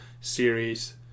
series